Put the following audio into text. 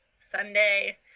sunday